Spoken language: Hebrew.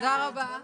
תודה רבה.